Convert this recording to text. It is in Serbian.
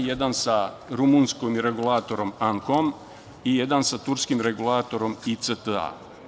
Jedan sa rumunskim regulatorom ANKOM i jedan sa turskim regulatorom ICTA.